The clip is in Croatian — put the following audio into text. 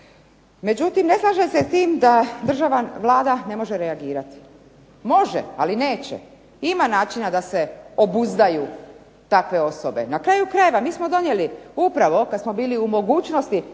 Međutim, ne slažem se s tim da država i Vlada ne može reagirati. Može, ali neće. Ima načina da se obuzdaju takve osobe. Na kraju krajeva, mi smo donijeli upravo kada smo bili u mogućnosti